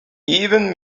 even